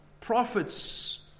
Prophets